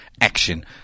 action